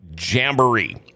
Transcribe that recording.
Jamboree